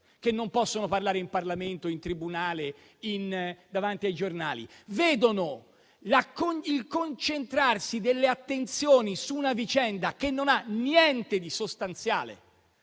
che non possono parlare in Parlamento, in tribunale o sui giornali. Vedono il concentrarsi delle attenzioni su una vicenda che non ha niente di sostanziale,